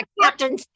Captain